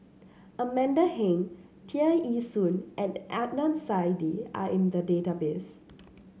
Amanda Heng Tear Ee Soon and Adnan Saidi are in the database